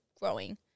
growing